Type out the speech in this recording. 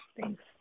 Thanks